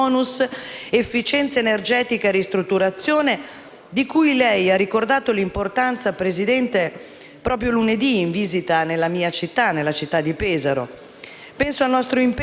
In questo senso, la riduzione del carico fiscale sulle imprese rappresenta un traguardo da raggiungere presto, perché garantisce la competitività industriale e favorisce la creazione di posti di lavoro.